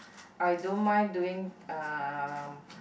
I don't mind doing um